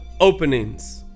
openings